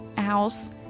house